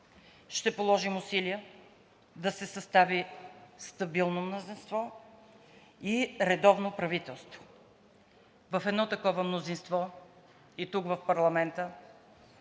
Ще положим усилия да се състави стабилно мнозинство и редовно правителство. В едно такова мнозинство и тук, в парламента